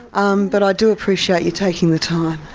um but i do appreciate your taking the time.